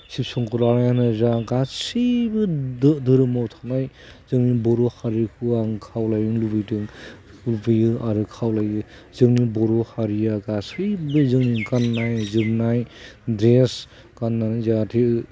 सिब शंकरानो जा गासैबो धोरोमाव थानाय जोंनि बर' हारिखौ आं खावलायनो लुबैदों लुबैयो आरो खावलायो जोंनि बर' हारिया गासैबो जों गाननाय जोमनाय ड्रेस गाननानै जाहाथे